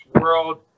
world